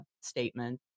statement